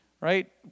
right